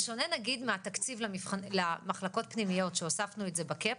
בשונה נגיד מהתקציב למחלקות פנימיות שהוספנו את זה ב-cap,